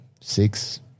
six